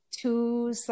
two